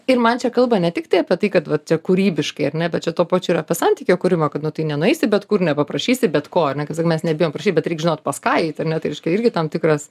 ir man čia kalba ne tiktai apie tai kad va čia kūrybiškai ar ne bet čia tuo pačiu ir apie santykio kūrimą kad nu tai nenueisi bet kur nepaprašysi bet ko ar ne kaip sakyt mes nebijom prašyt bet reik žinot pas ką eit ar ne tai irgi tam tikras